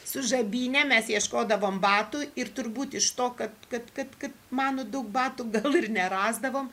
su žabyne mes ieškodavom batų ir turbūt iš to kad kad kad kad mano daug batų gal ir nerasdavom